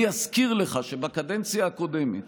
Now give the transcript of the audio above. אני אזכיר לך שבקדנציה הקודמת